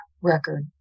record